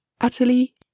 utterly